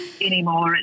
anymore